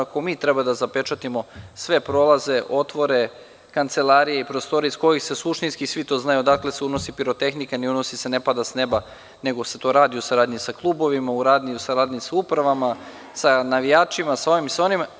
Ako mi treba da zapečatimo sve prolaze, otvore, kancelarije i prostorije iz kojih se, suštinski svi to znaju, odakle se unosi pirotehnika, ne pada sa neba nego se to radi u saradnji sa klubovima, u saradnji sa upravama, sa navijačima, sa ovima i sa onima.